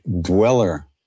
dweller